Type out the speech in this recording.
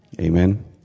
Amen